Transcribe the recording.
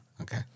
okay